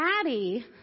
Addie